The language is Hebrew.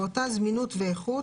באותה זמינות ואיכות,